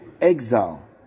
exile